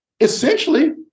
essentially